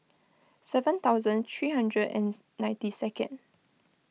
seven thousand three hundred and ninety second